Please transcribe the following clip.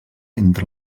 entre